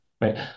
right